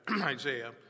Isaiah